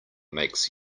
makes